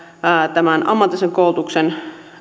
tämän ammatillisen koulutuksen